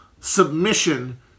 submission